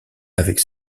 avec